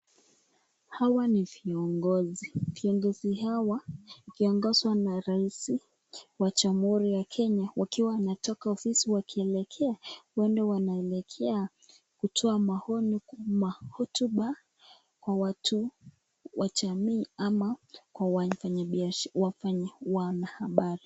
Hawa ni viongozi, viongozi hawa wakiongozwa na Rais wa jamhuri ya Kenya wakiwa wanatoka ofisi wakielekea, huenda wanaelekea kutoa hotuba kwa watu wa jamii ama wanahabari.